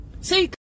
see